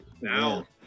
now